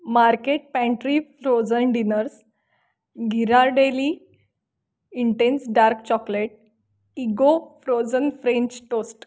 market pantry frozen dinners Ghirardelli intense dark chocolate Eggo frozen French toast